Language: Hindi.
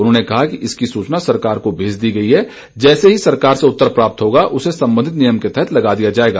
उन्होंने कहा कि इसकी सूचना सरकार को भेज दी गई है जैसे सरकार से उत्तर प्राप्त होगा तो उसे संबंधित नियम के तहत लगा दिया जाएगा